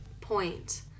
point